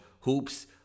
hoops